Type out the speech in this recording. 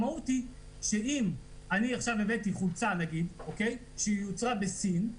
המהות היא שאם אני עכשיו הבאתי חולצה שיוצרה בסין,